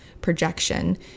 projection